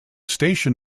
station